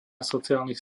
sociálnych